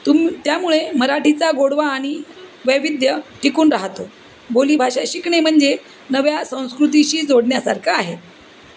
तुम त्यामुळे मराठीचा गोडवा आणि वैविध्य टिकून राहतो बोलीभाषा शिकणे म्हणजे नव्या संस्कृतीशी जोडण्यासारखं आहे